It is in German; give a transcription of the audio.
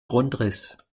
grundriss